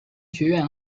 学院